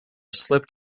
slipped